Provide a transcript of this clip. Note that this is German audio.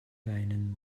weinen